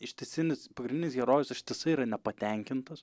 ištisinis pagrindinis herojus ištisai yra nepatenkintas